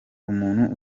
umuntu